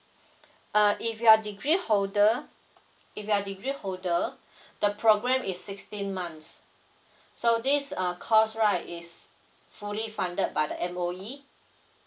uh if you are degree holder if you are degree holder the programme is sixteen months so this uh course right is fully funded by the M_O_E